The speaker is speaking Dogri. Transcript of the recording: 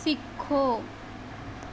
सिक्खो